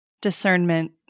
Discernment